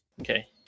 Okay